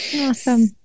Awesome